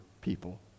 people